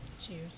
Cheers